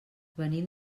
venim